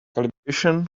calibration